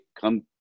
come